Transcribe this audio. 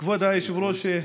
כבוד היושב-ראש,